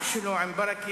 תוכן אחת משר האוצר.